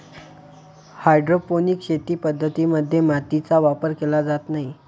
hydroponic शेती पद्धतीं मध्ये मातीचा वापर केला जात नाही